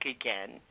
again